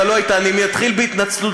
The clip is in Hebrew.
אתה לא היית: אני אתחיל בהתנצלות.